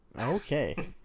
okay